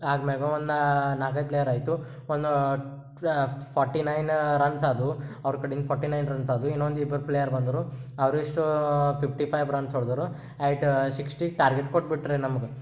ಆಗ್ಮೇಗ ಒಂದು ನಾಲ್ಕೈದು ಪ್ಲೇಯರ್ ಆಯಿತು ಒಂದು ಫಾರ್ಟಿ ನೈನ್ ರನ್ಸ್ ಆದವು ಅವ್ರ ಕಡಿಂದ ಫಾರ್ಟಿ ನೈನ್ ರನ್ಸ್ ಆದವು ಇನ್ನೊಂದು ಇಬ್ರು ಪ್ಲೇಯರ್ ಬಂದರು ಅವರೆಷ್ಟು ಫಿಫ್ಟಿ ಫೈವ್ ರನ್ಸ್ ಓಡ್ದರು ಎಟ್ ಸಿಕ್ಸ್ಟಿಗೆ ಟಾರ್ಗೆಟ್ ಕೊಟ್ಟುಬಿಟ್ರಿ ನಮ್ಗೆ